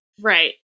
Right